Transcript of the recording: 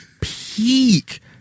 peak